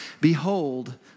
Behold